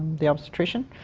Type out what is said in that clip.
the obstetrician,